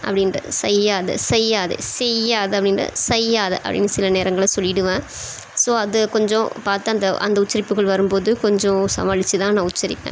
அப்படின்ற சய்யாத சய்யாத செய்யாத அப்படின்றத சய்யாதா அப்படின்னு சில நேரங்கள்ல சொல்லிடுவேன் ஸோ அது கொஞ்சம் பார்த்து அந்த அந்த உச்சரிப்புகள் வரும்போது கொஞ்சம் சமாளித்துதான் நான் உச்சரிப்பேன்